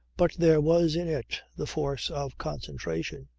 but there was in it the force of concentration.